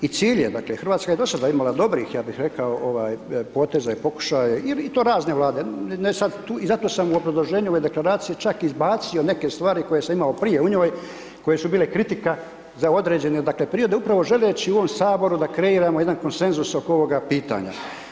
I cilj je dakle, Hrvatska je do sada imala dobrih, ja bih rekao poteza i pokušaj i to razne vlade ne sada tu, i zato sam u obrazloženju ove deklaracije čak i izbacio neke stvari koje sam imao prije u njoj koje su bile kritika za određene, dakle, prije upravo želeći u ovom Saboru da kreiramo konsenzus oko ovoga pitanja.